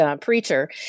preacher